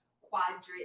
quadrant